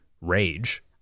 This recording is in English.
rage